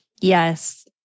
Yes